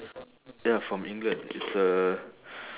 ya from england it's a